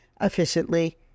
efficiently